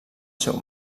seu